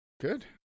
Good